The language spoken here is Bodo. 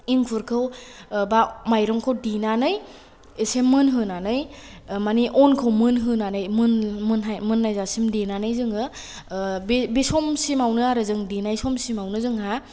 इंखुरखौ बा मायरंखौ देनानै एसे मोनहोनानै मानि अनखौ मोनहोनानै मोन मानलाय जासिम देनानै जोङो बे समसिमावनो आरो जोङो देनाय सम सिमावनो जोंहा